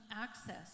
access